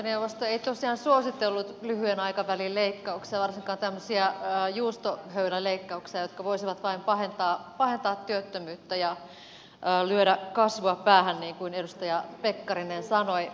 arviointineuvosto ei tosiaan suositellut lyhyen aikavälin leikkauksia varsinkaan tämmöisiä juustohöyläleikkauksia jotka voisivat vain pahentaa työttömyyttä ja lyödä kasvua päähän niin kuin edustaja pekkarinen sanoi